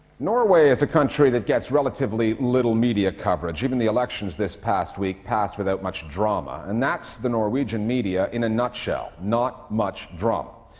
norway is a country that gets relatively little media coverage. even the elections this past week passed without much drama. and that's the norwegian media in a nutshell not much drama.